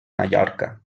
mallorca